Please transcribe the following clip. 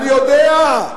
אני יודע.